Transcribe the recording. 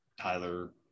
Tyler